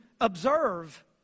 observe